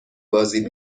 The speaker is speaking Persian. بازی